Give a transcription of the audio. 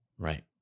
right